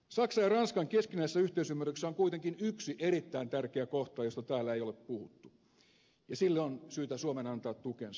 saksan ja ranskan keskinäisessä yhteisymmärryksessä on kuitenkin yksi erittäin tärkeä kohta josta täällä ei ole puhuttu ja sille on syytä suomen antaa tukensa